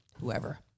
whoever